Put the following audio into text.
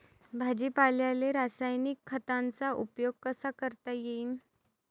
भाजीपाल्याले रासायनिक खतांचा उपयोग कसा करता येईन?